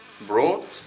Brought